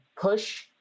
push